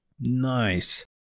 Nice